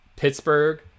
Pittsburgh